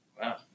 Wow